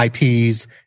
IPs